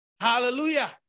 Hallelujah